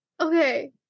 Okay